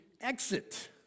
exit